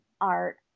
art